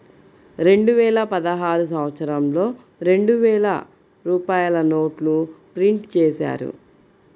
రెండువేల పదహారు సంవత్సరంలో రెండు వేల రూపాయల నోట్లు ప్రింటు చేశారు